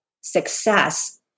success